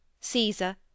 Caesar